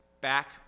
back